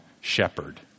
shepherd